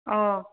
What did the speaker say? অঁ